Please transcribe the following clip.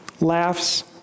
laughs